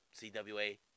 CWA